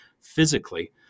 physically